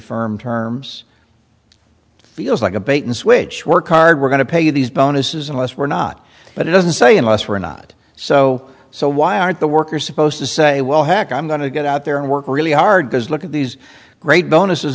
firm terms feels like a bait and switch work hard we're going to pay these bonuses unless we're not but it doesn't say unless we're not so so why aren't the workers supposed to say well heck i'm going to get out there and work really hard because look at these great bonuses